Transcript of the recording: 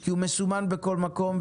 כי הוא מסומן בכל מקום,